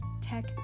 tech